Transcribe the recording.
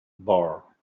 bar